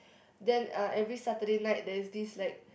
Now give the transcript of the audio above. then uh every Saturday night there's this like